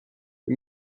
wir